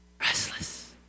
restless